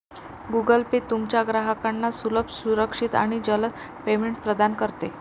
Google Pay तुमच्या ग्राहकांना सुलभ, सुरक्षित आणि जलद पेमेंट प्रदान करते